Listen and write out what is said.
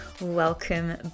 Welcome